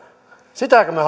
sitäkö